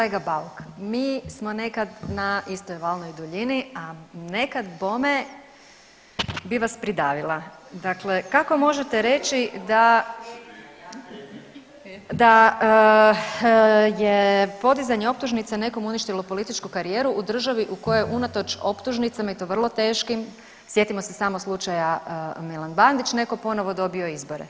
Kolega Bauk, mi smo nekad na istoj valnoj duljini, a nekad bome bi vas pridavila, dakle kako možete reći da, da je podizanje optužnica nekom uništilo političku karijeru u državi u kojoj unatoč optužnicama i to vrlo teškim, sjetimo se samo slučaja Milan Bandić, neko ponovo dobio izbore.